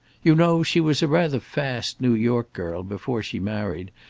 you know she was a rather fast new york girl before she married,